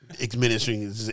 administering